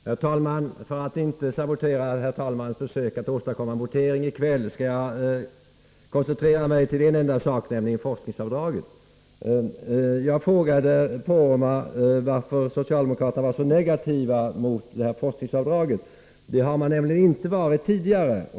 Herr talman! För att inte sabotera herr talmannens försök att åstadkomma en votering i kväll skall jag koncentrera mig till en enda sak, nämligen forskningsavdraget. Jag frågade Poromaa varför socialdemokraterna var så negativa till forskningsavdraget. Det har man nämligen inte varit tidigare.